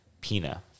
Pina